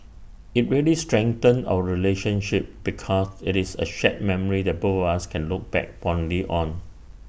IT really strengthened our relationship because IT is A shared memory that both of us can look back fondly on